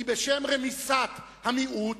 כי בשם רמיסת המיעוט,